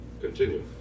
Continue